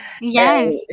Yes